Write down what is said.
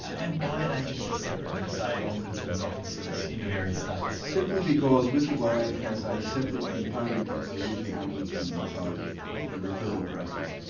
and why an agency separate from, say, ombudsmen's offices in the various states? simply because whistleblowing has a separate component from the ah usual ombudsman-type referral process.